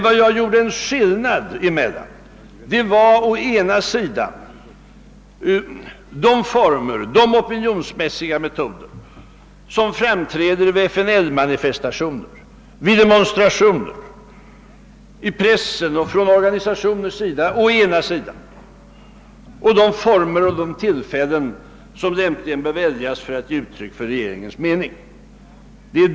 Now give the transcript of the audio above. Vad jag gjorde skillnad mellan var å ena sidan de opinionsmässiga metoder som framträder vid FNL-manifestationer, demonstrationer, i pressen och från organisationers sida och å andra sidan de former och metoder som regeringen lämpligen bör välja för att ge uttryck för sin mening.